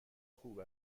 خوب